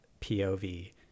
pov